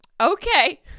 Okay